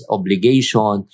obligation